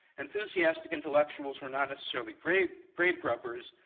enthusiastic intellectuals were not necessarily grade grade grubbers,